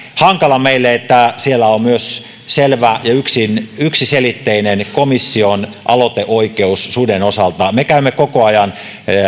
hankala meille että siellä on myös selvä ja yksiselitteinen komission aloiteoikeus suden osalta me käymme koko ajan